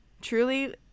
truly